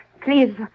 please